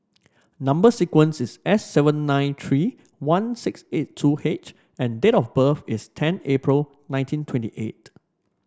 number sequence is S seven nine three one six eight two H and date of birth is ten April nineteen twenty eight